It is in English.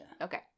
Okay